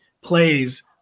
plays